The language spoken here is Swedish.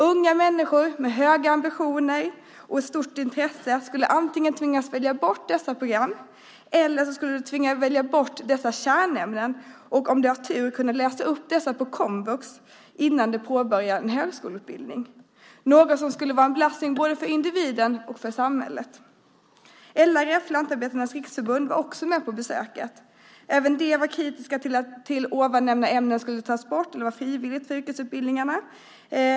Unga människor med höga ambitioner och ett stort intresse skulle antingen tvingas välja bort dessa program eller tvingas välja bort dessa kärnämnen och, om de har tur, kunna läsa in dem på komvux innan de påbörjar en högskoleutbildning. Det är något som skulle vara en belastning för både individen och samhället. LRF, Lantbrukarnas Riksförbund, var också med på besöket. Även de var kritiska till att de nämnda ämnena skulle tas bort eller vara frivilliga för yrkesutbildningarna.